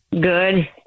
good